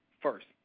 first